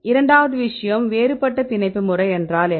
இரண்டாவது விஷயம் வேறுபட்ட பிணைப்பு முறை என்றால் என்ன